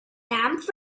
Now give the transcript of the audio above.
damp